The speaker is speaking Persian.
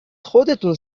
خودتون